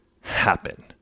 happen